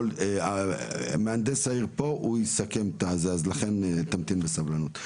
מהנדס העיר פה הוא יסכם ולכן תמתין בסבלנות.